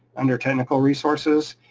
under technical resources,